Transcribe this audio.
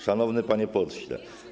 Szanowny Panie Pośle!